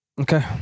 okay